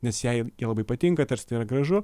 nes jai jie labai patinka tarsi tai yra gražu